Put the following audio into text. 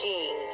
King